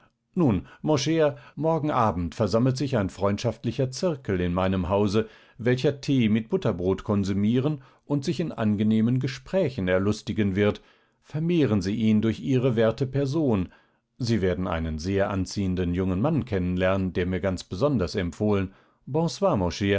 nun mon cher morgen abend versammelt sich ein freundschaftlicher zirkel in meinem hause welcher tee mit butterbrot konsumieren und sich in angenehmen gesprächen erlustigen wird vermehren sie ihn durch ihre werte person sie werden einen sehr anziehenden jungen mann kennen lernen der mir ganz besonders empfohlen